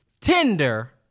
Tinder